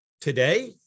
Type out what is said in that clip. Today